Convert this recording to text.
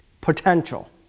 potential